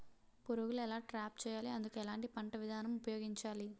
పురుగులను ఎలా ట్రాప్ చేయాలి? అందుకు ఎలాంటి పంట విధానం ఉపయోగించాలీ?